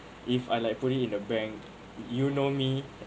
if I like put it in the bank you know me